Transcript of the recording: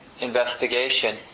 investigation